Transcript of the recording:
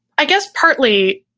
i guess partly,